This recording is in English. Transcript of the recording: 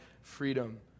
freedom